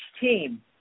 team